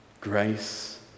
Grace